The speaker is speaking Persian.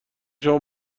شما